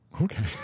Okay